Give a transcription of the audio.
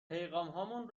پیغامهامون